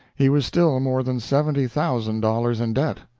he was still more than seventy thousand dollars in debt.